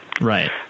Right